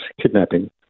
kidnapping